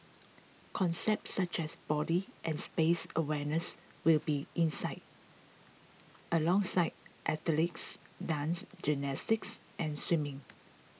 concepts such as body and space awareness will be inside alongside athletics dance gymnastics and swimming